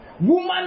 Woman